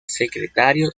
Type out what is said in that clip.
secretario